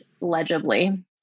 legibly